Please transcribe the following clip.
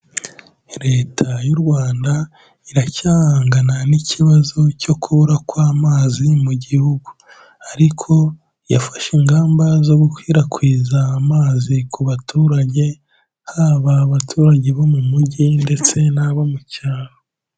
Leta y'u Rwanda iracyahangana n'ikibazo cyo kubura kw'amazi mu gihugu ariko yafashe ingamba zo gukwirakwiza amazi ku baturage haba abaturage bo mu mujyi ndetse n'abo mu cyaro.